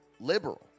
liberal